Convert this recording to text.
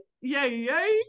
yay